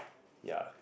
ya